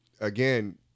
Again